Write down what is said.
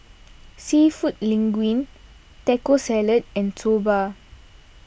Seafood Linguine Taco Salad and Soba